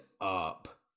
up